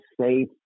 safe